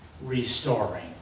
restoring